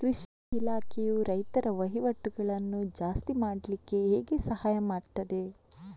ಕೃಷಿ ಇಲಾಖೆಯು ರೈತರ ವಹಿವಾಟುಗಳನ್ನು ಜಾಸ್ತಿ ಮಾಡ್ಲಿಕ್ಕೆ ಹೇಗೆ ಸಹಾಯ ಮಾಡ್ತದೆ?